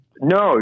No